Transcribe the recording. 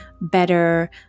better